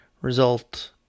Result